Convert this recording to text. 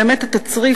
באמת התצריף,